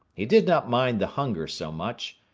he did not mind the hunger so much,